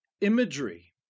imagery